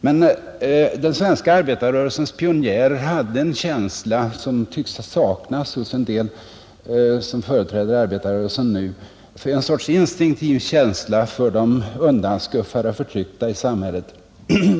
Men den svenska arbetarrörelsens pionjärer hade en känsla som tycks saknas hos somliga av dem som företräder arbetarrörelsen nu — en sorts instinktiv känsla för de undanskuffade och förtryckta i samhället.